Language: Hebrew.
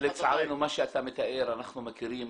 לצערנו מה שאתה מתאר אנחנו מכירים